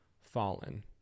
fallen